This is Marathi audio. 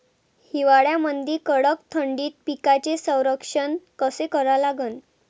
हिवाळ्यामंदी कडक थंडीत पिकाचे संरक्षण कसे करा लागन?